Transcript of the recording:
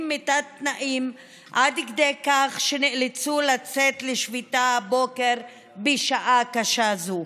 מתת-תנאים עד כדי כך שנאלצו לצאת לשביתה הבוקר בשעה קשה זו,